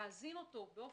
להזין אותו ידנית.